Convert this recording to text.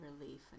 relief